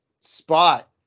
Spot